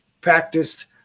practiced